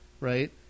Right